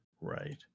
Right